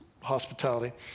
hospitality